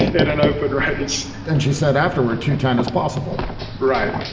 at an open race and she said afterward to ten as possible right.